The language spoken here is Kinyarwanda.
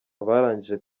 abarangije